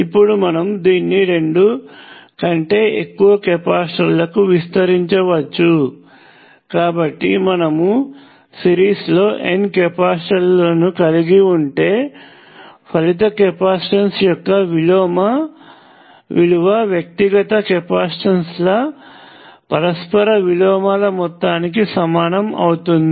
ఇప్పుడు మనము దీన్ని రెండు కంటే ఎక్కువ కెపాసిటర్లకు విస్తరించవచ్చు కాబట్టి మనము సిరీస్లో N కెపాసిటర్ లను కలిగి ఉంటే ఫలిత కెపాసిటెన్స్ యొక్క విలువ వ్యక్తిగత కెపాసిటెన్స్ల పరస్పర విలోమాల మొత్తానికి సమానము అవుతుంది